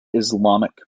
islamic